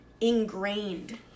ingrained